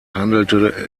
handelte